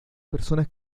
personas